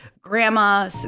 Grandma